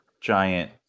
giant